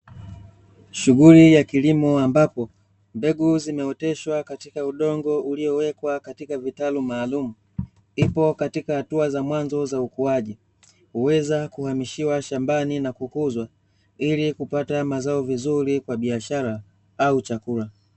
Shughuli ya kilimo ambapo mbegu zimeoteshwa katika udongo uliowekwa katika vitalu maalum ipo katika hatua za mwanzo za ukuaji kuweza kuhamishiwa shambani na kukuzwa ili kupata mazao vizuri kwa biashara au chakula .